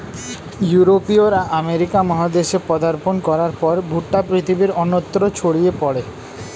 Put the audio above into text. ইউরোপীয়রা আমেরিকা মহাদেশে পদার্পণ করার পর ভুট্টা পৃথিবীর অন্যত্র ছড়িয়ে পড়ে